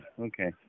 Okay